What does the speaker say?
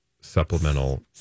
supplemental